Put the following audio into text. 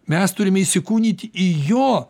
mes turime įsikūnyti į jo